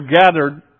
gathered